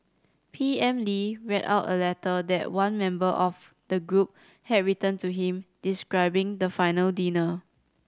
P M Lee read out a letter that one member of the group had written to him describing the final dinner